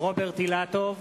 רוברט אילטוב,